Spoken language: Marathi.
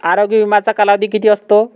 आरोग्य विम्याचा कालावधी किती असतो?